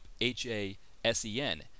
H-A-S-E-N